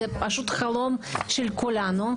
זה פשוט חלום של כולנו,